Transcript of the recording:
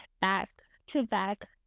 back-to-back